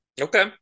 Okay